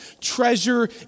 treasure